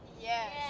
Yes